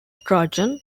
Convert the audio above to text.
trajan